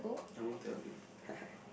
I won't tell you